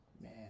Man